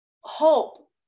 hope